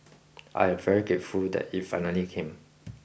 I am very grateful that it finally came